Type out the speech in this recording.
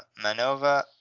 MANOVA